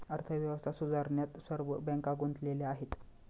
अर्थव्यवस्था सुधारण्यात सर्व बँका गुंतलेल्या आहेत